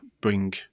bring